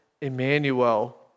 Emmanuel